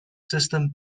system